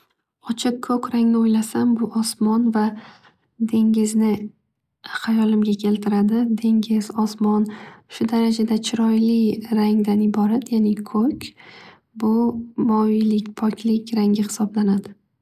Ochiq ko'k rangni o'ylasam buosmon va dengizni hayolimga keltiradi. Dengiz osmon shu darajada rangdan iborat yani ko'k bu moviylik poklik rangi hisoblanadi.